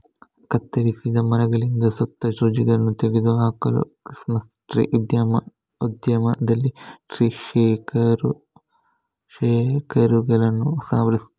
ಕತ್ತರಿಸಿದ ಮರಗಳಿಂದ ಸತ್ತ ಸೂಜಿಗಳನ್ನು ತೆಗೆದು ಹಾಕಲು ಕ್ರಿಸ್ಮಸ್ ಟ್ರೀ ಉದ್ಯಮದಲ್ಲಿ ಟ್ರೀ ಶೇಕರುಗಳನ್ನು ಸಹ ಬಳಸಲಾಗುತ್ತದೆ